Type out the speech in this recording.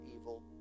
evil